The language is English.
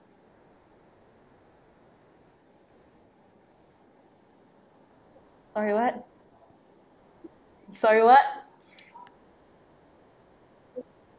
sorry what sorry what